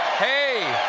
hey!